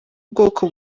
bwoko